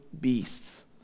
beasts